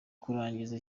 kurangiza